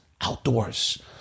outdoors